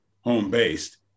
home-based